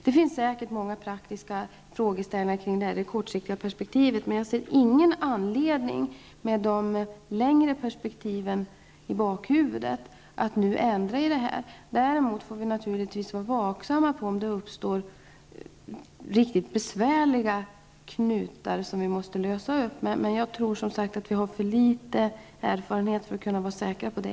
Det finns säkert många praktiska frågeställningar kring det här kortsiktiga perspektivet, men med de längre perspektiven i bakhuvudet ser jag ingen anledning att nu ändra i det. Däremot får vi naturligtvis vara vaksamma på om det uppstår riktigt besvärliga knutar, som vi måste lösa upp. Men jag tror som sagt att vi ännu så länge har för liten erfarenhet för att kunna vara säkra på det.